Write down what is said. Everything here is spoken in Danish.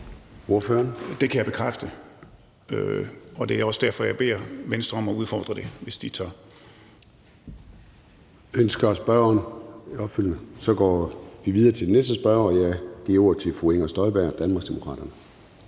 Det kan jeg bekræfte, og det er også derfor, jeg beder Venstre om at udfordre det, hvis de tør. Kl. 16:32 Formanden (Søren Gade): Ønsker spørgeren et opfølgende spørgsmål? Nej. Så går vi videre til den næste spørger, og jeg giver ordet til fru Inger Støjberg, Danmarksdemokraterne.